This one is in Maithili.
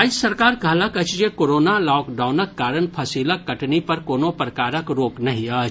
राज्य सरकार कहलक अछि जे कोरोना लॉकडाउनक कारण फसिलक कटनी पर कोनो प्रकारक रोक नहि अछि